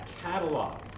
catalog